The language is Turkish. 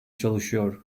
çalışıyor